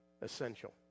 essential